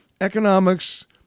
economics